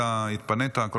התפנית?